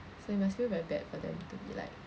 so you must feel very bad for them to be like